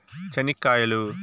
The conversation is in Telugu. చెనిక్కాయలు